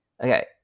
okay